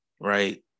Right